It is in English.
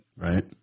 Right